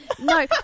No